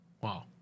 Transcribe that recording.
Wow